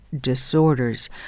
disorders